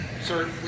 Sir